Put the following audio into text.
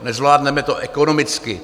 Nezvládneme to ekonomicky.